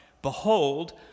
Behold